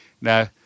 Now